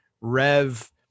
Rev